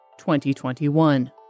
2021